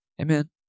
Amen